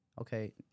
okay